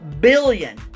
billion